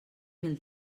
mil